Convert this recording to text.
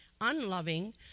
unloving